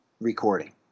recording